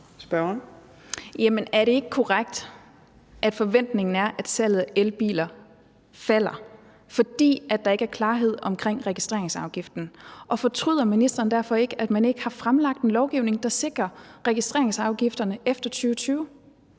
er det ikke korrekt, at forventningen er, at salget af elbiler falder, fordi der ikke er klarhed om registreringsafgiften? Og fortryder ministeren derfor ikke, at man ikke har fremlagt en lovgivning, der sikrer registreringsafgifterne efter 2020?